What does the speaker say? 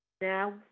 Now